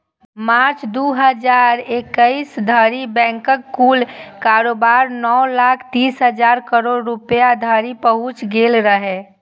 मार्च, दू हजार इकैस धरि बैंकक कुल कारोबार नौ लाख तीस हजार करोड़ रुपैया धरि पहुंच गेल रहै